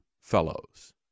Fellows